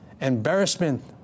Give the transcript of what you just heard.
embarrassment